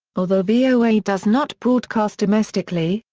although voa does not broadcast domestically,